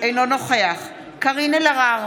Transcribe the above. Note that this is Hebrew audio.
אינו נוכח קארין אלהרר,